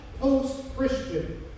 post-Christian